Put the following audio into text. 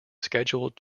scheduled